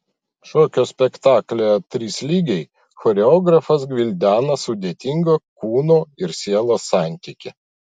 šokio spektaklyje trys lygiai choreografas gvildena sudėtingą kūno ir sielos santykį